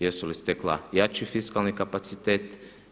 Jesu li stekla jači fiskalni kapacitet?